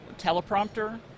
teleprompter